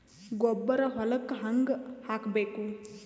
ಗೊಬ್ಬರ ಹೊಲಕ್ಕ ಹಂಗ್ ಹಾಕಬೇಕು?